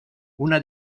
una